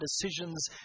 decisions